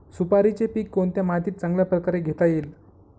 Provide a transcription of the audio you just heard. सुपारीचे पीक कोणत्या मातीत चांगल्या प्रकारे घेता येईल?